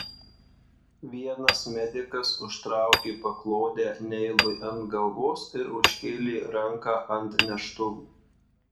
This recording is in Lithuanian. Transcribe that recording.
vienas medikas užtraukė paklodę neilui ant galvos ir užkėlė ranką ant neštuvų